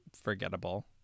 forgettable